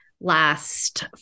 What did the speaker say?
last